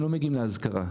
לא מגיעים לאזכרה,